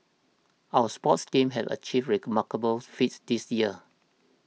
our sports teams have achieved remarkable feats this year